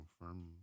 Confirm